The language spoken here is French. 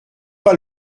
pas